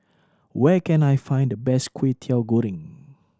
where can I find the best Kwetiau Goreng